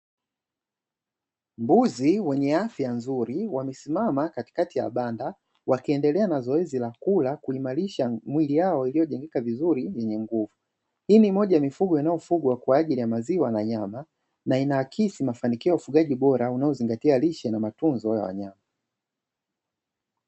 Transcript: Mbuzi wenye afya nzuri wamesimama katikati ya banda; wakiendelea na zoezi la kula kuimarisha miili yao iliyojengeka vizuri yenye nguvu, hili ni moja ya mifugo inayofugwa kwa ajili ya maziwa na nyama na inaakisi mafanikio ya ufugaji bora unaozingatia lishe na matunzo ya wanyama.